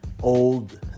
old